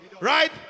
Right